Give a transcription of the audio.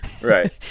Right